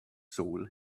soul